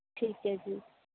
ਠੀਕ ਹੈ ਜੀ